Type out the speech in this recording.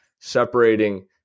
separating